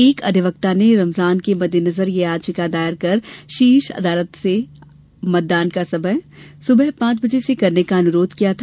एक अधिवक्ता ने रमजान के मद्देनजर ये याचिका दायर कर शीर्ष अदालत से मतदान का समय सुबह पांच बजे से करने का अनुरोध किया था